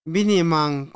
Binimang